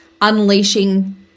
unleashing